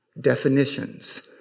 definitions